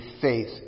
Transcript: faith